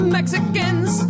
Mexicans